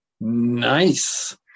Nice